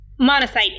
Monocyte